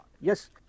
Yes